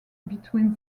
between